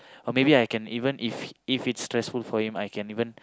or maybe I can even if its stressful for him I can even